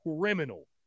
criminal